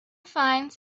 finds